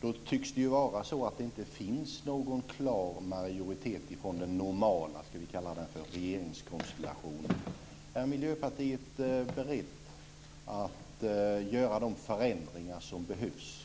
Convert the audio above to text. Det tycks inte finnas en klar majoritet från den "normala" regeringskonstellationens sida. Är ni i Miljöpartiet alltså beredda att på torsdag göra de förändringar som behövs